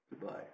Goodbye